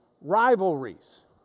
Rivalries